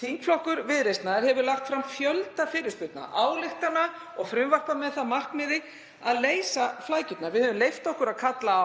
Þingflokkur Viðreisnar hefur lagt fram fjölda fyrirspurna, ályktana og frumvarpa með það að markmiði að leysa flækjurnar. Við höfum leyft okkur að kalla